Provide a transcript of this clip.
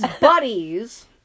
buddies